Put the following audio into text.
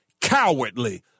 cowardly